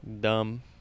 dumb